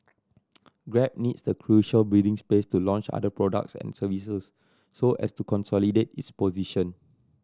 grab needs the crucial breathing space to launch other products and services so as to consolidate its position